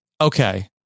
Okay